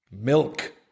Milk